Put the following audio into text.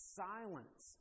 silence